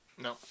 No